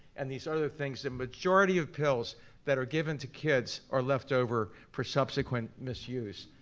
and these other things, the majority of pills that are given to kids are left over for subsequent misuse.